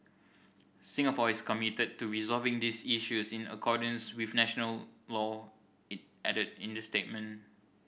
Singapore is committed to resolving these issues in accordance with international law it added in the statement